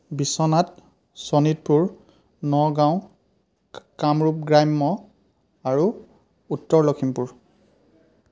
বিশ্বনাথ শোণিতপুৰ নগাঁও কামৰূপ গ্ৰাম্য় আৰু উত্তৰ লখিমপুৰ